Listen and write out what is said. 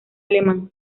alemán